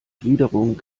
gliederung